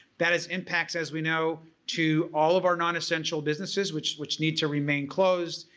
that has impacts as we know to all of our non-essential businesses which which need to remain closed.